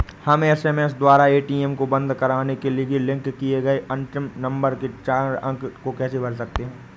हम एस.एम.एस द्वारा ए.टी.एम को बंद करवाने के लिए लिंक किए गए नंबर के अंतिम चार अंक को कैसे भर सकते हैं?